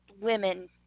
women